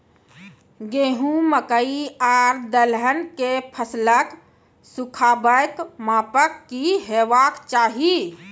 गेहूँ, मकई आर दलहन के फसलक सुखाबैक मापक की हेवाक चाही?